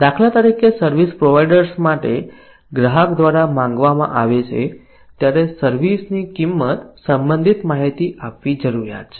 દાખલા તરીકે service providers માટે ગ્રાહક દ્વારા માંગવામાં આવે ત્યારે સર્વિસ ની કિંમત સંબંધિત માહિતી આપવી ફરજિયાત છે